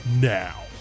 now